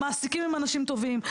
המעסיקים הם אנשים טובים,